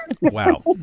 Wow